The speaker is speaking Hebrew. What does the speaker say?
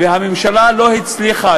והממשלה לא הצליחה,